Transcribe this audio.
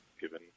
given